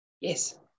Yes